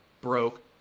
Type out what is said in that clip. broke